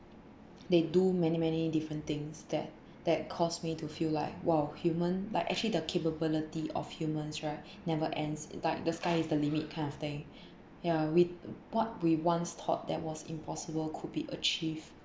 they do many many different things that that caused me to feel like !wow! human like actually the capability of humans right never ends like the sky is the limit kind of thing ya we what we once thought that was impossible could be achieved